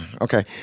Okay